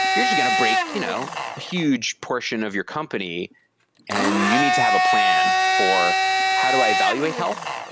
you're just going to break you know a huge portion of your company and you need to have a plan for how do i evaluate health?